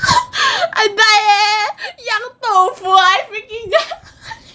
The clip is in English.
I died eh young 豆腐 I freaking